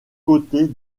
côtés